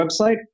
website